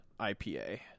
IPA